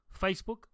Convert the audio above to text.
Facebook